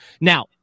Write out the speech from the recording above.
Now